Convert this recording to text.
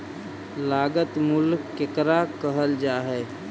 लागत मूल्य केकरा कहल जा हइ?